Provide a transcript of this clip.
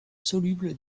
soluble